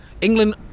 England